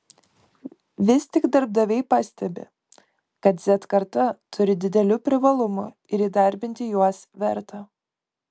vis tik darbdaviai pastebi kad z karta turi didelių privalumų ir įdarbinti juos verta